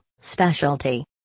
Specialty